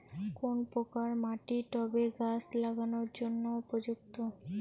কোন প্রকার মাটি টবে গাছ লাগানোর জন্য উপযুক্ত?